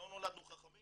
לא נולדנו חכמים